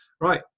Right